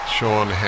Sean